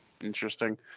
Interesting